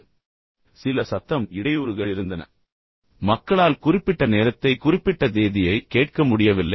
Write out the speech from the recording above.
எனவே சில சத்தம் இடையூறுகள் இருந்தன எனவே மக்களால் குறிப்பிட்ட நேரத்தைக் குறிப்பிட்ட தேதியை கேட்க முடியவில்லை